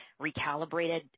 recalibrated